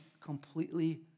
completely